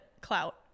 clout